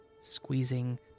squeezing